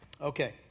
Okay